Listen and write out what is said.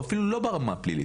או אפילו לא ברמה הפלילית,